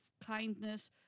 kindness